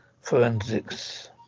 forensics